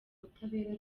butabera